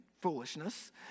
foolishness